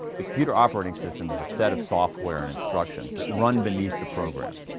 the computer operating system is a set of software and instructions that run beneath the programs.